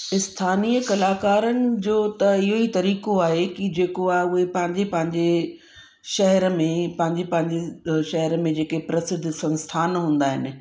स्थानीय कलाकारनि जो त इहो ई तरीक़ो आहे कि जेको आहे उहे पंहिंजे पंहिंजे शहर में पंहिंजे पंहिंजे शहर में जेके प्रसिद्ध संस्थान हूंदा आहिनि